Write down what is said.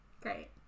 Great